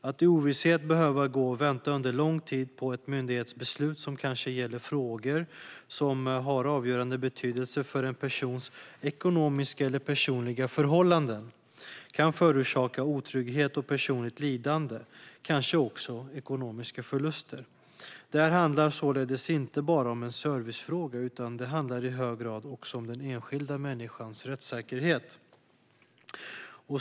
Att under lång tid behöva gå och vänta i ovisshet på ett myndighetsbeslut som kanske gäller frågor med avgörande betydelse för en persons ekonomiska eller personliga förhållanden kan förorsaka otrygghet och personligt lidande - och kanske även ekonomiska förluster. Detta handlar således inte bara om en servicefråga utan i hög grad också om den enskilda människans rättssäkerhet.